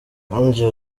yongeye